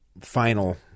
final